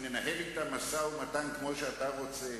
אם ננהל אתם משא-ומתן כמו שאתה רוצה,